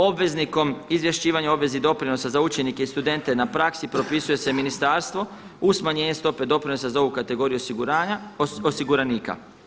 Obveznikom izvješćivanja o obvezi doprinosa za učenike i studente na praksi, propisuje se ministarstvo u smanjenje stope doprinosa za ovu kategoriju osiguranika.